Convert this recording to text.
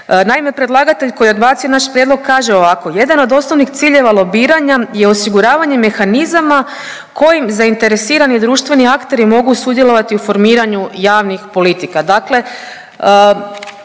Naime, predlagatelj koji je odbacio naš prijedlog kaže ovako: „Jedan od osnovnih ciljeva lobiranja je osiguravanje mehanizama kojim zainteresirani društveni akteri mogu sudjelovati u formiranju javnih politika.“ Dakle,